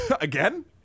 again